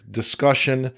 discussion